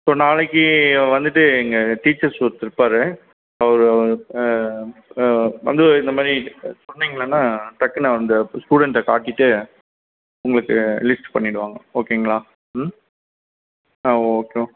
so நாளைக்கு வந்துட்டு இங்கே டீச்சர்ஸ் ஒருத்தர் இருப்பார் அவர் வந்து இந்த மாதிரி இது சொன்னிங்களாகன்னால் டக்குனு அந்த ஸ்டூடெண்ட்டை காட்டிவிட்டு உங்களுக்கு லிஸ்ட்டு பண்ணிவிடுவாங்க ஓகேங்களா ம் ஆ ஓகே